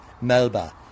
Melba